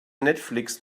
netflix